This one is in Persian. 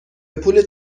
پول